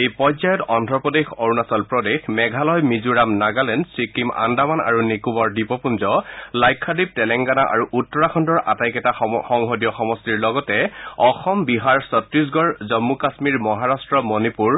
এই পৰ্যায়ত অন্দ্ৰপ্ৰদেশ অৰুণাচলপ্ৰদেশ মেঘালয় মিজোৰাম নাগালেণ্ড চিক্কিম আন্দামান আৰু নিকোবৰ দ্বীপপুঞ্জ লাক্ষাদ্বীপ টেলেংগানা আৰু উত্তৰাখণ্ডৰ আটাইকেইটা সংসদীয় সমষ্টিৰ লগতে অসম বিহাৰ চত্তিশগড় জম্মু কাম্মীৰ মহাৰাট্ট মণিপুৰ